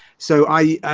so i, ah,